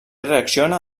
reacciona